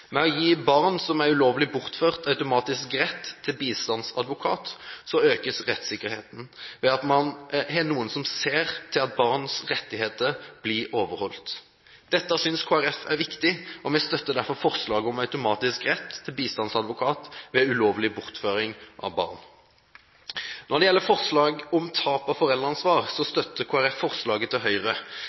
å gi barn som er ulovlig bortført, automatisk rett til bistandsadvokat økes rettssikkerheten, ved at man har noen som ser til at barns rettigheter blir overholdt. Dette synes Kristelig Folkeparti er viktig, og vi støtter derfor forslaget om automatisk rett til bistandsadvokat ved ulovlig bortføring av barn. Når det gjelder forslag om tap av foreldreansvar, støtter Kristelig Folkeparti forslaget fra Høyre,